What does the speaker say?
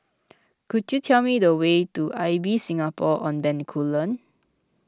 could you tell me the way to Ibis Singapore on Bencoolen